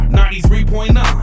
93.9